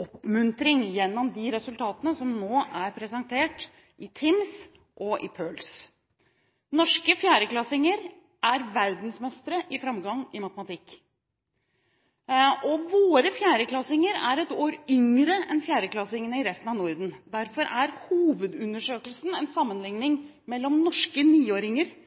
oppmuntring gjennom de resultatene som nå er presentert i TIMSS og PIRLS. Norske 4.-klassinger er verdensmestre i framgang i matematikk. Våre 4.-klassinger er ett år yngre enn 4.-klassingene i resten av Norden, derfor er hovedundersøkelsen en sammenligning mellom norske niåringer